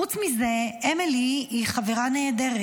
חוץ מזה, אמילי היא חברה נהדרת.